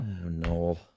No